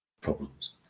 problems